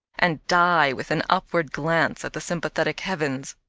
and die with an upward glance at the sympathetic heavens.